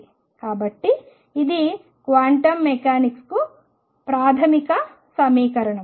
కాబట్టి ఇది quantum mechanics యొక్క ప్రాథమిక సమీకరణం